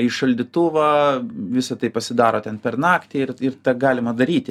į šaldytuvą visa tai pasidaro ten per naktį ir ir tą galima daryti